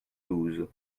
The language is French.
douze